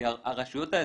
כי הרשויות האזוריות,